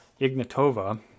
Ignatova